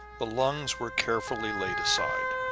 the lungs were carefully laid aside.